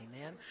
Amen